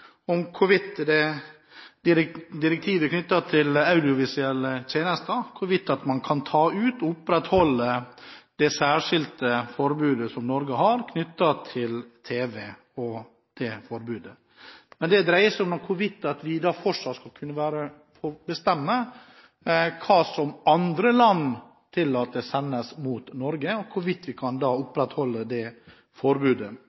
om audiovisuelle tjenester, er hvorvidt man kan ta ut og opprettholde det særskilte forbudet som Norge har knyttet til tv. Det dreier seg om hvorvidt vi fortsatt skal kunne være med og bestemme hva andre land tillater sendt mot Norge, og hvorvidt vi kan opprettholde det forbudet.